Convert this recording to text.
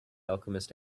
alchemist